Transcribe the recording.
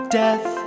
death